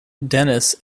denis